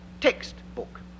Textbook